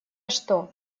что